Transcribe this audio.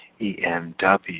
EMW